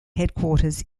headquarters